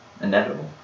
Inevitable